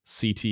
CT